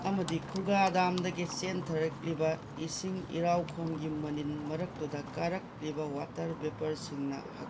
ꯑꯃꯗꯤ ꯈꯨꯒꯥ ꯗꯥꯝꯗꯒꯤ ꯆꯦꯟꯊꯔꯛꯂꯤꯕ ꯏꯁꯤꯡ ꯏꯔꯥꯎꯈꯣꯟꯒꯤ ꯃꯅꯤꯜ ꯃꯔꯛꯇꯨꯗ ꯀꯥꯔꯛꯂꯤꯕ ꯋꯥꯇꯔ ꯚꯦꯄꯔꯁꯤꯡꯅ